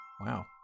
Wow